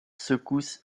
secousse